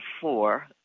four